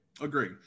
agree